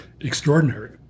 extraordinary